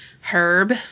Herb